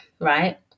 right